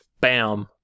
bam